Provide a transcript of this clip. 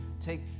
take